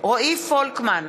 רועי פולקמן,